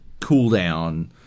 cooldown